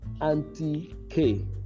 anti-K